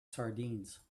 sardines